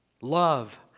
Love